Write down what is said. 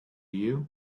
you